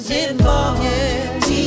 involved